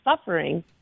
suffering